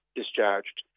discharged